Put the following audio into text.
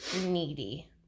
needy